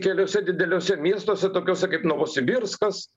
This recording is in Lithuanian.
keliuose dideliuose miestuose tokiuose kaip novosibirskas